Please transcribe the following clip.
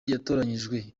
yatoranyijwe